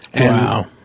Wow